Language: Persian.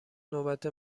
نوبت